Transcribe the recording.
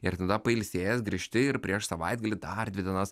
ir tada pailsėjęs grįžti ir prieš savaitgalį dar dvi dienas